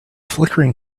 flickering